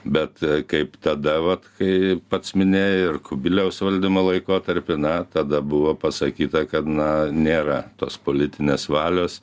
bet kaip tada vat kai pats minėjai ir kubiliaus valdymo laikotarpiu na tada buvo pasakyta kad na nėra tos politinės valios